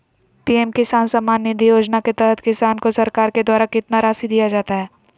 PM किसान सम्मान निधि योजना के तहत किसान को सरकार के द्वारा कितना रासि दिया जाता है?